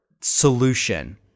solution